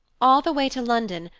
all the way to london,